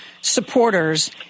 supporters